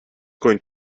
going